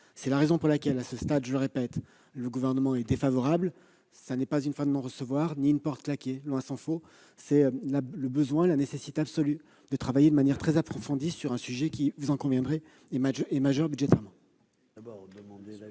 C'est la raison pour laquelle, à ce stade, je le répète, le Gouvernement est défavorable à ces amendements. Ce n'est pas une fin de non-recevoir ni une porte claquée, tant s'en faut. Il est juste absolument nécessaire de travailler de manière très approfondie sur un sujet qui, vous en conviendrez, est majeur budgétairement.